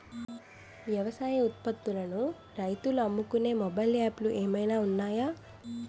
వ్యవసాయ ఉత్పత్తులను రైతులు అమ్ముకునే మొబైల్ యాప్ లు ఏమైనా ఉన్నాయా?